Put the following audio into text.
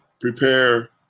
prepare